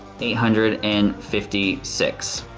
eight hundred and fifty six.